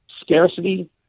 Scarcity